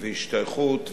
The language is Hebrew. השתייכות,